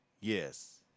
yes